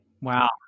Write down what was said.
Wow